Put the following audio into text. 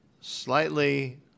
slightly